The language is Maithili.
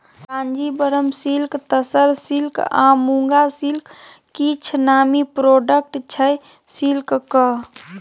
कांजीबरम सिल्क, तसर सिल्क आ मुँगा सिल्क किछ नामी प्रोडक्ट छै सिल्कक